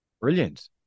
Brilliant